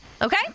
Okay